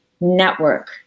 network